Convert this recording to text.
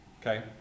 Okay